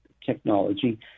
technology